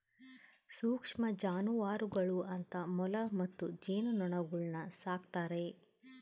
ಸೂಕ್ಷ್ಮ ಜಾನುವಾರುಗಳು ಅಂತ ಮೊಲ ಮತ್ತು ಜೇನುನೊಣಗುಳ್ನ ಸಾಕ್ತಾರೆ